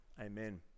amen